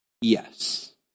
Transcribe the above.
Yes